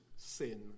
sin